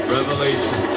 Revelation